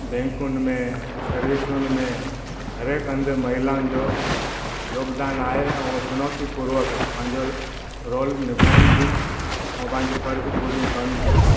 बैंकुनि में सर्विसुनि में हर हिकु हंधु महिलाउनि जो योगुदान आहे ऐं उहो चुनौती पूर्वक पंहिंजो रोल निभाइनि थियूं ऐं पंहिंजी फ़र्ज़ु पूरी कनि थियूं